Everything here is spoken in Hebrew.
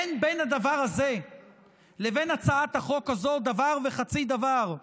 אין בין הדבר הזה לבין הצעת החוק הזו דבר וחצי דבר.